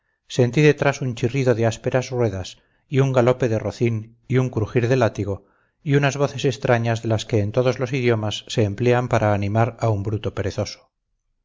sentí detrás un chirrido de ásperas ruedas y un galope de rocín y un crujir de látigo y unas voces extrañas de las que en todos los idiomas se emplean para animar a un bruto perezoso